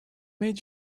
made